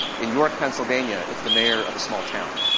in newark pennsylvania, it's the mayor of a small town.